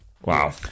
Wow